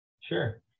Sure